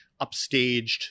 upstaged